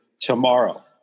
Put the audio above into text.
tomorrow